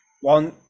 one